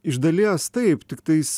iš dalies taip tiktais